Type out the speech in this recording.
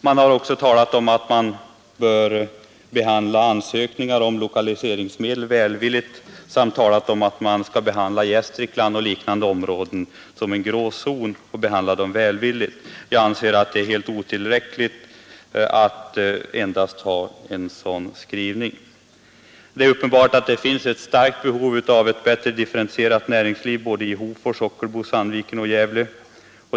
Man har också talat om att ansökningar om lokaliseringsmedel bör behandlas välvilligt samt talat om att Gästrikland och liknande områden skall behandlas som en grå zon. Jag anser att det är helt otillräckligt att endast ha en sådan skrivning. Det är uppenbart att det finns ett starkt behov av ett bättre differentierat näringsliv i Hofors, Ockelbo, Sandviken och Gävle.